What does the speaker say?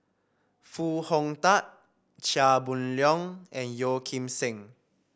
Foo Hong Tatt Chia Boon Leong and Yeo Kim Seng